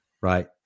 right